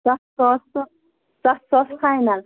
ستھ ساس تہٕ ستھ ساس فاینل